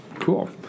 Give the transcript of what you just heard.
Cool